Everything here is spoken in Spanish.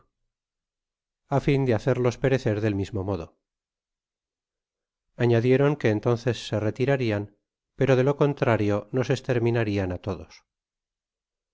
á fin de hacerlos perecer del mismo modo añadieron que entonce se retirarian pero de lo contrario nos es termina rian á todos